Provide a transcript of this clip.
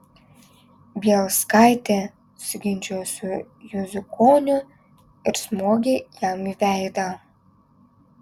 bielskaitė susiginčijo su juzukoniu ir smogė jam į veidą